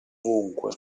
ovunque